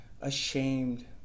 ashamed